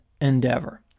endeavor